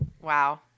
Wow